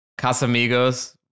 Casamigos